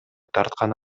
тарткан